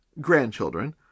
grandchildren